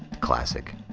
classic.